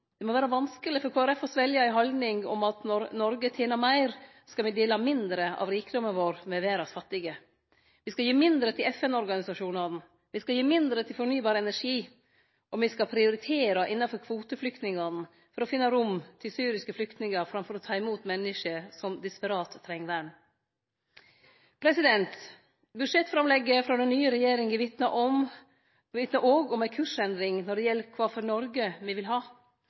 Det må vere vanskeleg for Kristeleg Folkeparti å svelgje ei haldning om at når Noreg tener meir, skal me dele mindre av rikdomen vår med verdas fattige. Me skal gi mindre til FN-organisasjonane, me skal gi mindre til fornybar energi, og me skal prioritere innanfor kvoteflyktningane for å finne rom til syriske flyktningar, framfor å ta imot menneske som desperat treng vern. Budsjettframlegget frå den nye regjeringa vitnar òg om ei kursendring når det gjeld kva for Noreg me vil ha.